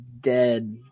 dead